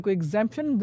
exemption